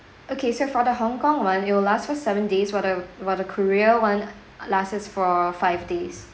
okay so for the hong kong [one] it will last for seven days while the while the korea [one] lasts for five days